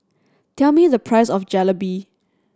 tell me the price of Jalebi